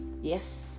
Yes